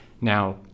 Now